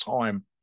time